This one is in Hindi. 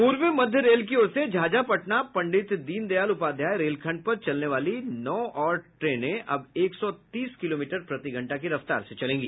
पूर्व मध्य रेल की ओर से झाझा पटना पंडित दीनदयाल उपाध्याय रेलखंड पर चलने वाली नौ और ट्रेनें अब एक सौ तीस किलोमीटर प्रतिघंटा की रफ्तार से चलेंगी